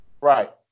Right